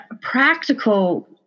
practical